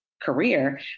career